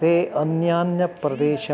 ते अन्यान्यप्रदेशं